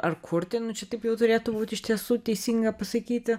ar kurtinančiu taip jau turėtų būti iš tiesų teisinga pasakyti